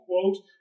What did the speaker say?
quote